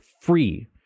free